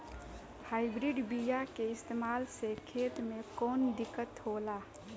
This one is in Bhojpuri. हाइब्रिड बीया के इस्तेमाल से खेत में कौन दिकत होलाऽ?